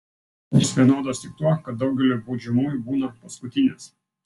jos vienodos tik tuo kad daugeliui baudžiamųjų būna paskutinės